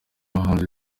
bahanzi